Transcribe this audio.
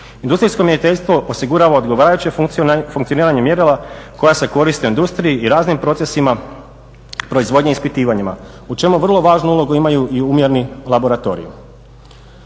Industrijsko mjeriteljstvo osigurava odgovarajuće funkcioniranje mjerila koja se koriste u industriji i raznim procesima proizvodnje i ispitivanjima u čemu vrlo važnu ulogu imaju i …/Govornik